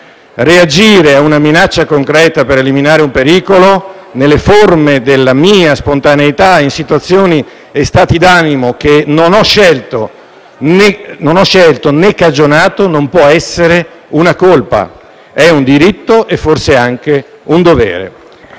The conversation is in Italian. Reagire a una minaccia concreta per eliminare un pericolo, nelle forme della mia spontaneità, in situazioni e stati d'animo che non ho scelto né cagionato, non può essere una colpa, ma è un diritto e, forse, anche un dovere.